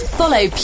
follow